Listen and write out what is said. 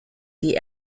die